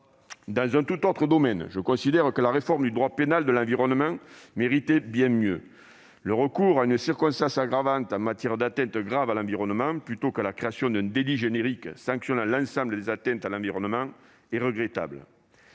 Dans un tout autre domaine, je considère que la réforme du droit pénal de l'environnement méritait bien mieux : le recours à une circonstance aggravante en matière d'atteintes graves à l'environnement, plutôt que la création d'un délit générique sanctionnant l'ensemble des atteintes à l'environnement, est regrettable.